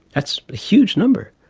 that's a huge number.